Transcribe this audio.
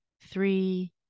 three